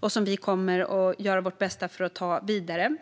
och som vi kommer att göra vårt bästa för att ta vidare.